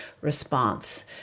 response